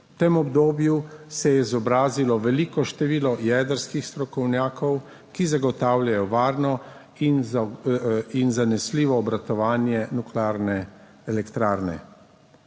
v tem obdobju se je izobrazilo veliko število jedrskih strokovnjakov, ki zagotavljajo varno in zanesljivo obratovanje nuklearne elektrarne-